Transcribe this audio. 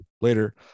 later